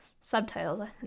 subtitles